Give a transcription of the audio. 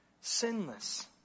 sinless